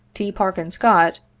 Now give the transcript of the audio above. t. parkin scott,